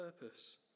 purpose